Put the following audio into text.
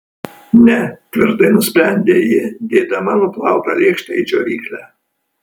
ne tvirtai nusprendė ji dėdama nuplautą lėkštę į džiovyklę